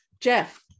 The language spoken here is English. Jeff